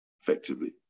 effectively